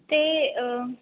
ते